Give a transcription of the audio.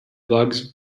bugs